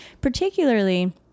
particularly